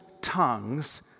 tongues